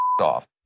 off